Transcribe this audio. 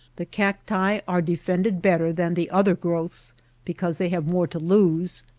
the cacti are defended better than the other growths because they have more to lose,